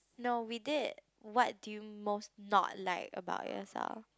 no we did what do you most not like about yourself